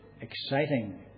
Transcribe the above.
exciting